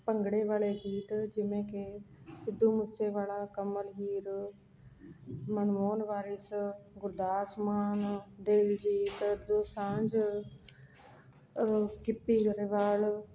ਭੰਗੜੇ ਵਾਲੇ ਗੀਤ ਜਿਵੇਂ ਕਿ ਸਿੱਧੂ ਮੂਸੇ ਵਾਲਾ ਕਮਲ ਹੀਰ ਮਨਮੋਹਨ ਵਾਰਿਸ ਗੁਰਦਾਸ ਮਾਨ ਦਿਲਜੀਤ ਦੋਸਾਂਝ ਗਿੱਪੀ ਗਰੇਵਾਲ